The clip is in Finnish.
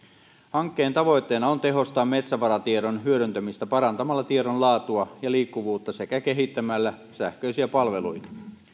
hankkeen tavoitteena on tehostaa metsävaratiedon hyödyntämistä parantamalla tiedon laatua ja liikkuvuutta sekä kehittämällä sähköisiä palveluita